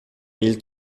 mille